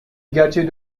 gerçeğe